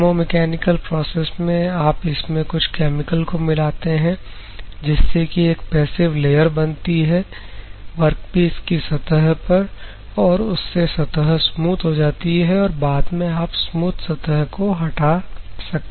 कैमों mechanical process में आप इसमें कुछ केमिकल को मिलाते हैं जिससे कि एक पैस्सिव लेयर बनती है वर्कपीस की सतह पर और उससे सतह स्मूथ हो जाती है और बाद में आप स्मूथ सतह को हटा सकते हैं